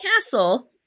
castle